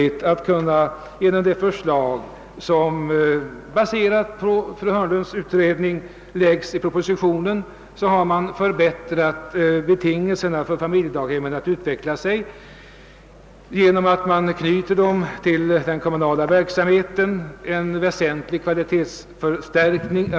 Genom det förslag som, baserat på fru Hörnlunds utredning, framlagts i propositionen har man velat förbättra betingelserna för familjedaghemmen att utvecklas. De knyts till den kommunala verksamheten. Man räknar med en väsentlig kvalitetsförbättring.